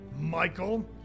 Michael